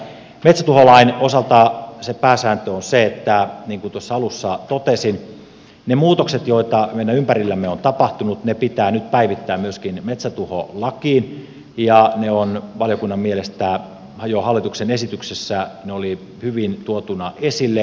metsätuholain osalta se pääsääntö on se niin kuin tuossa alussa totesin että ne muutokset joita meidän ympärillämme on tapahtunut pitää nyt päivittää myöskin metsätuholakiin ja valiokunnan mielestä jo hallituksen esityksessä ne olivat hyvin tuotuna esille